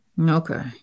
Okay